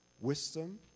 wisdom